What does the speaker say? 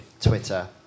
Twitter